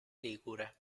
ligure